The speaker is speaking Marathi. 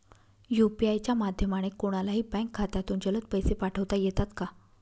यू.पी.आय च्या माध्यमाने कोणलाही बँक खात्यामधून जलद पैसे पाठवता येतात का?